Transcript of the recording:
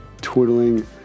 twiddling